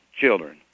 children